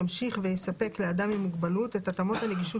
ימשיך ויספק לאדם עם מוגבלות את התאמות הנגישות